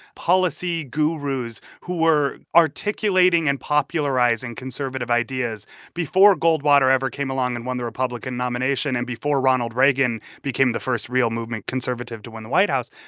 policy gurus who were articulating and popularizing conservative ideas before goldwater ever came along and won the republican nomination and before ronald reagan became the first real movement conservative to win the white house.